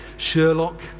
Sherlock